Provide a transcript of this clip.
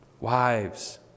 wives